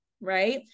right